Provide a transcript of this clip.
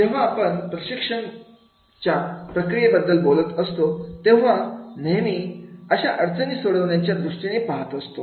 जेव्हा आपण प्रशिक्षणाच्या प्रक्रियेबद्दल बोलत असतो तेव्हा नेहमी अडचणी सोडविण्याच्या दृष्टीने पहात असतो